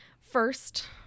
first